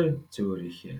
ir ciuriche